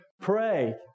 Pray